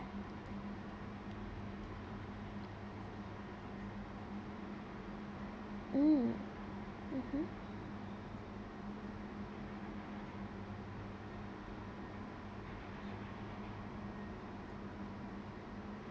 mm mmhmm